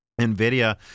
NVIDIA